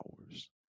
hours